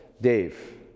Dave